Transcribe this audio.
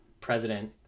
president